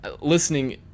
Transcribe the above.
listening